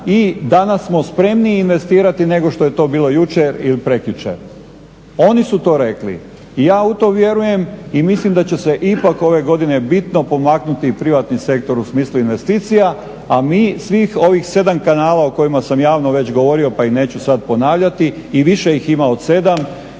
i danas smo spremniji investirati nego što je to bilo jučer ili prekjučer. Oni su to rekli. I ja u to vjerujem i mislim da će se ipak ove godine bitno pomaknuti i privatni sektor u smislu investicija, a mi svih ovih 7 kana o kojima sam javno već govorio pa ih neću sad ponavljati i više ih ima od 7 mi